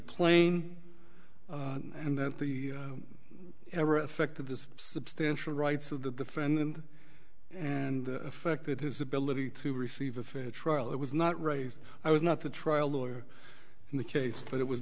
plain and that the ever effect of this substantial rights of the defendant and affected his ability to receive a fair trial that was not raised i was not the trial lawyer in the case but it was